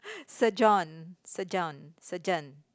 surgeon surgeon surgeon